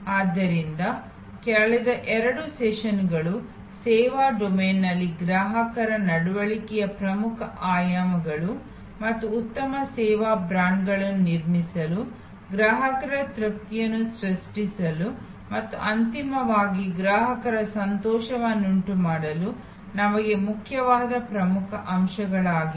ಆದ್ದರಿಂದ ಕಳೆದ ಎರಡು ಸೆಷನ್ಗಳು ಸೇವಾ ಡೊಮೇನ್ನಲ್ಲಿ ಗ್ರಾಹಕರ ನಡವಳಿಕೆಯ ಪ್ರಮುಖ ಆಯಾಮಗಳು ಮತ್ತು ಉತ್ತಮ ಸೇವಾ ಬ್ರಾಂಡ್ಗಳನ್ನು ನಿರ್ಮಿಸಲು ಗ್ರಾಹಕರ ತೃಪ್ತಿಯನ್ನು ಸೃಷ್ಟಿಸಲು ಮತ್ತು ಅಂತಿಮವಾಗಿ ಗ್ರಾಹಕರ ಸಂತೋಷವನ್ನುಂಟುಮಾಡಲು ನಮಗೆ ಮುಖ್ಯವಾದ ಪ್ರಮುಖ ಅಂಶಗಳಾಗಿವೆ